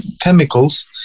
chemicals